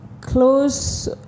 close